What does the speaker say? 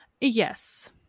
yes